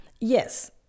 Yes